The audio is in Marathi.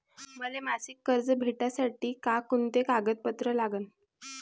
मले मासिक कर्ज भेटासाठी का कुंते कागदपत्र लागन?